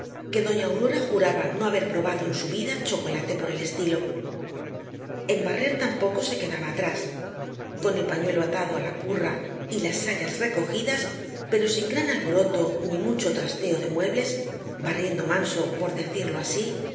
que doña aurora juraba no haber probado en su vida chocolate por el estilo en barrer tampoco se quedaba atrás con el pañuelo atado á la curra y las sayas recogidas pero sin gran alboroto ni mucho trasteo de muebles barriendo manso por decirlo así